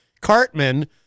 Cartman